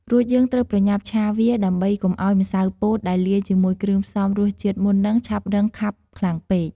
រួចយើងត្រូវប្រញ៉ាប់ឆាវា ដើម្បីកុំឲ្យម្សៅពោតដែលលាយជាមួយគ្រឿងផ្សំរសជាតិមុននឹងឆាប់រីងខាប់ខ្លាំងពេក។